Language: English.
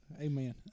Amen